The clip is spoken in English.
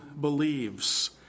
believes